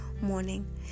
morning